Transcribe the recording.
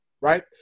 right